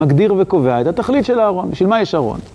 מגדיר וקובע את התכלית של אהרון, של מה יש אהרון.